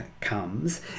comes